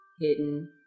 hidden